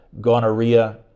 gonorrhea